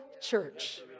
church